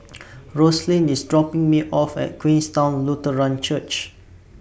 Roselyn IS dropping Me off At Queenstown Lutheran Church